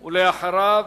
ואחריו,